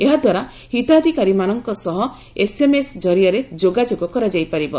ଏହାଦ୍ୱାରା ହିତାଧିକାରୀମାନଙ୍କ ସହ ଏସ୍ଏମ୍ଏସ୍ ଜରିଆରେ ଯୋଗାଯୋଗ କରାଯାଇପାରିବ